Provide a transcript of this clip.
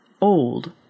Old